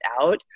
out